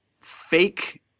fake